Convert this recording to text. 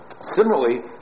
Similarly